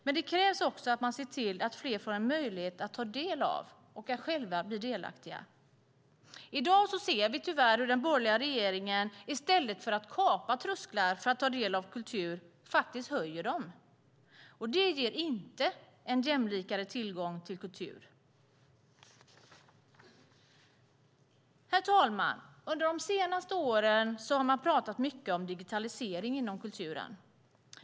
Men det krävs också att man ser till att fler får möjlighet att ta del av och själva bli delaktiga. I dag ser vi tyvärr hur den borgerliga regeringen i stället för att kapa trösklar till att ta del av kultur faktiskt höjer dem. Det ger inte en mer jämlik tillgång till kultur. Herr talman! Under de senaste åren har det talats mycket om digitalisering inom kulturen.